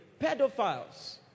pedophiles